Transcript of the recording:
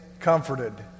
Comforted